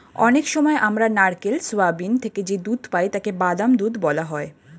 অনেক সময় আমরা নারকেল, সোয়াবিন থেকে যে দুধ পাই তাকে বাদাম দুধ বলা হয়